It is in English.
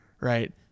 Right